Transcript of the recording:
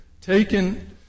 taken